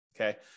okay